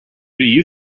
you